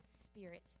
spirit